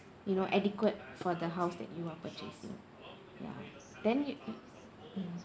you know adequate for the house that you are purchasing ya then you yo~